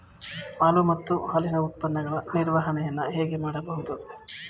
ಹಾಲು ಮತ್ತು ಹಾಲಿನ ಉತ್ಪನ್ನಗಳ ನಿರ್ವಹಣೆಯನ್ನು ಹೇಗೆ ಮಾಡಬಹುದು?